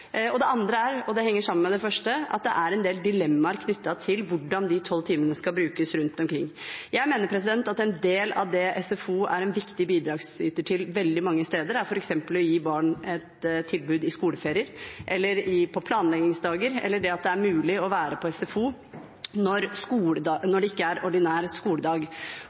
Det andre er, og det henger sammen med det første, at det er en del dilemmaer knyttet til hvordan de tolv timene skal brukes rundt omkring. Jeg mener at en del av det SFO er en viktig bidragsyter til veldig mange steder, er å gi barn et tilbud i skoleferier eller på planleggingsdager, eller det at det er mulig å være på SFO når det ikke er ordinær skoledag.